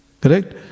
Correct